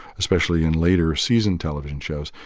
especially in later season television shows,